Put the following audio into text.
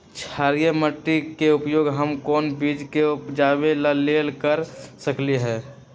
क्षारिये माटी के उपयोग हम कोन बीज के उपजाबे के लेल कर सकली ह?